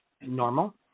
normal